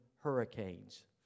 hurricanes